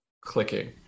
clicking